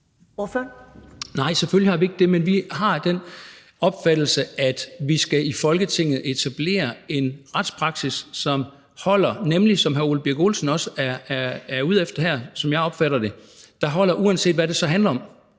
Nej, selvfølgelig har vi ikke det. Men vi har den opfattelse, at vi i Folketinget skal etablere en retspraksis, som holder, og – som jeg opfatter det, hr. Ole Birk Olesen også er ude efter her – der holder, uanset hvad det så handler om.